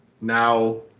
now